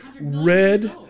Red